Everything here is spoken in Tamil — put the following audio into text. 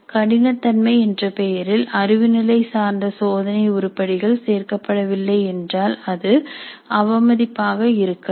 கடினத்தன்மை என்ற பெயரில் அறிவு நிலை சார்ந்த சோதனை உருப்படிகள் சேர்க்கப்படவில்லை என்றால் அது அவமதிப்பாக இருக்கலாம்